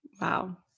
Wow